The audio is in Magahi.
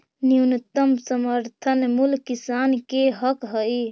न्यूनतम समर्थन मूल्य किसान के हक हइ